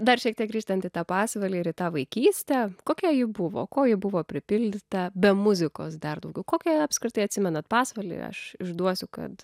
dar šiek tiek grįžtant į tą pasvalį ir į tą vaikystę kokia ji buvo ko ji buvo pripildyta be muzikos dar daugiau kokią apskritai atsimenat pasvalį aš išduosiu kad